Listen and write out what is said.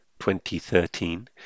2013